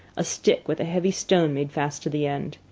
a stick with a heavy stone made fast to the end.